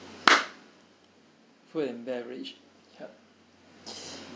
food and beverage